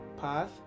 path